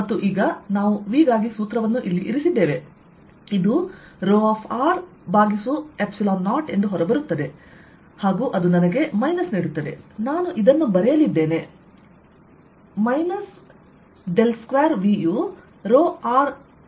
ಮತ್ತು ಈಗ ನಾವು V ಗಾಗಿ ಸೂತ್ರವನ್ನು ಇಲ್ಲಿ ಇರಿಸಿದ್ದೇವೆ ಇದು ρ ε0 ಎಂದು ಹೊರಬರುತ್ತದೆ ಮತ್ತು ಅದು ನನಗೆ ಮೈನಸ್ ನೀಡುತ್ತದೆ ನಾನು ಇದನ್ನು ಬರೆಯಲಿದ್ದೇನೆ 2Vಯು ρε0 ಗೆ ಸಮಾನವಾಗಿರುತ್ತದೆ